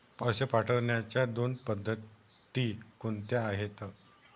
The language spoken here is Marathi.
पैसे पाठवण्याच्या दोन पद्धती कोणत्या आहेत?